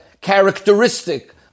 characteristic